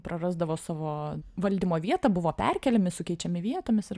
prarasdavo savo valdymo vietą buvo perkeliami sukeičiami vietomis ir